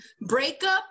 breakup